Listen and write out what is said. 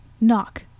knock